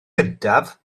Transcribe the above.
gyntaf